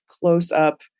close-up